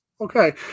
Okay